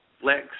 Flex